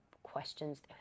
questions